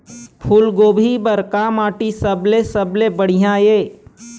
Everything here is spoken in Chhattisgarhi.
फूलगोभी बर का माटी सबले सबले बढ़िया ये?